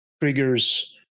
triggers